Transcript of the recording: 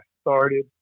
started